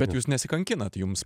bet jūs nesikankinat jums